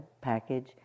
package